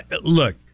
look